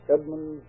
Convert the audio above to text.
Edmund